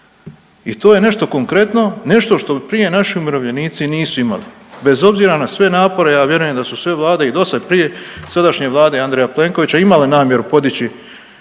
i to je nešto konkretno, nešto što prije naši umirovljenici nisu imali, bez obzira na sve napore, ja vjerujem da su sve Vlade i dosad prije sadašnje Vlade Andreja Plenkovića imale namjeru podići